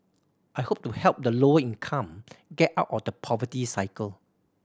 I hope to help the lower income get out of the poverty cycle